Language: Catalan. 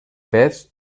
fets